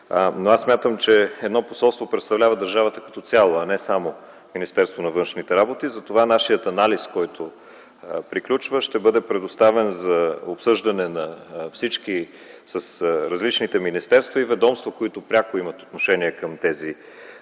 аз смятам, че едно посолство представлява държавата като цяло, а не само Министерството на външните работи. Затова нашият анализ, който приключва, ще бъде предоставен за обсъждане на всички – с различните министерства и ведомства, които пряко имат отношение към тази